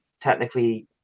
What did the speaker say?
technically